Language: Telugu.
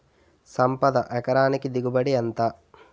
సంపద ఎకరానికి దిగుబడి ఎంత?